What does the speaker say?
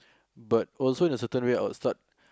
but also in a certain way I would start